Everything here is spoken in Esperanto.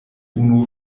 unu